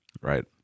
Right